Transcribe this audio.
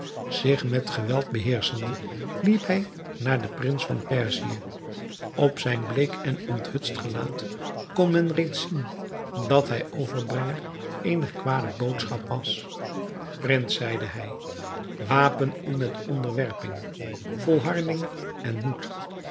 zich met geweld beheerschende liep hij naar den prins van perzië op zijn bleek en onthutst gelaat kon men reeds zien dat hij overbrenger eener kwade boodschap was prins zeide hij wapen u met onderwerping volharding en moed